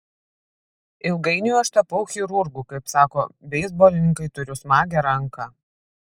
ilgainiui aš tapau chirurgu kaip sako beisbolininkai turiu smagią ranką